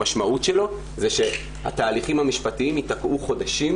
המשמעות שלו היא שהתהליכים המשפטיים ייתקעו חודשים,